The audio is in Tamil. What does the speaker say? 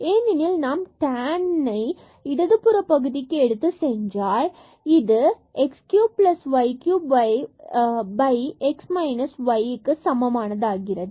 ஏனெனில் நாம் tanஐ இடதுபுற பகுதிக்கு எடுத்துச் சென்றால் பின்பு இது x cube plus y cube x minus y இதற்கு சமமானதாகிறது